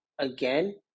Again